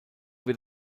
wird